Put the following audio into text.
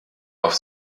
auf